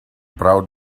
proud